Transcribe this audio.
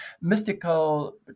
mystical